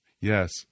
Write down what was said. yes